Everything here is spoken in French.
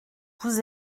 vous